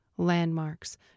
Landmarks